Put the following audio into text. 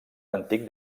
antic